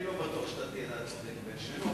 אני לא בטוח שתהיה הצודק מבין שנינו,